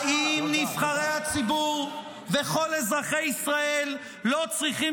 האם נבחרי הציבור וכל אזרחי ישראל לא צריכים